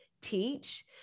teach